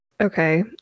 okay